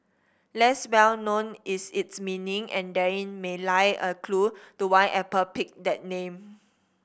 less well known is its meaning and therein may lie a clue to why Apple picked that name